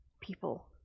People